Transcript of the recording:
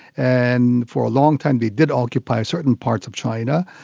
and for a long time they did occupy certain parts of china.